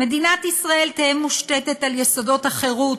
"מדינת ישראל תהא מושתתת על יסודות החירות,